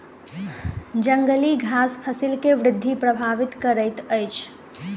जंगली घास फसिल के वृद्धि प्रभावित करैत अछि